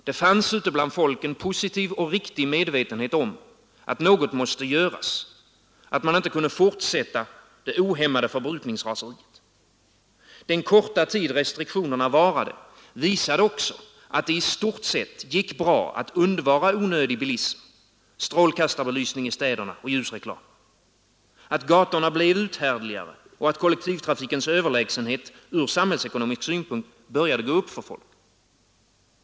Det fanns ute bland folk en positiv och riktig medvetenhet om att något måste göras, att man inte kunde fortsätta det ohämmade förbrukningsraseriet. Den korta tid restriktionerna varade visade också att det i stort sett gick bra att undvara onödig bilism, strålkastarbelysning i städerna och ljusreklam. Gatorna blev uthärdligare, och kollektivtrafikens överlägsenhet ur samhällsekonomisk synpunkt började gå upp för folk.